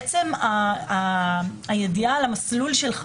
עצם הידיעה על המסלול שלך,